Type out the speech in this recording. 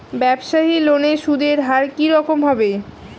ব্যবসায়ী লোনে সুদের হার কি রকম হবে?